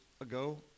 ago